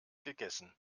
gegessen